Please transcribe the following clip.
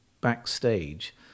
backstage